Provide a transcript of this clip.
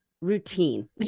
routine